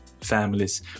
families